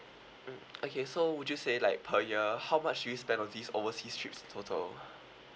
mm okay so would you say like per year how much do you spend on this overseas trips in total